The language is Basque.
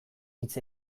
hitz